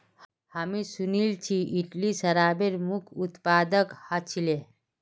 हामी सुनिल छि इटली शराबेर मुख्य उत्पादक ह छिले